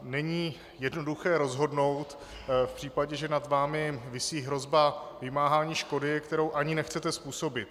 Není jednoduché rozhodnout v případě, že nad vámi visí hrozba vymáhání škody, kterou ani nechcete způsobit.